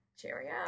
Cheerio